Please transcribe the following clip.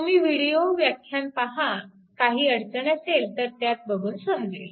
तुम्ही विडिओ व्याख्यान पहा काही अडचण असेल तर त्यात बघून समजेल